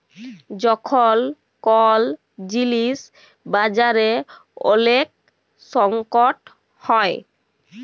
যখল কল জিলিস বাজারে ওলেক সংকট হ্যয়